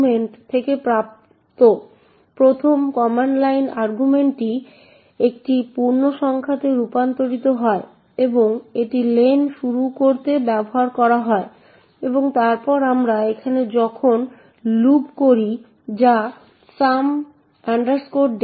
এখন এই strcpy এখন user string এ 40a00408 পূরণ করে সেখানে ছয়টি x এবং তারপর একটি s আছে এবং অবশেষে একটি printf user string আছে